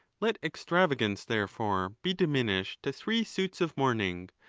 let extravagance, therefore, be diminished to three suits of mourning,